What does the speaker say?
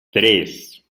tres